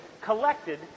collected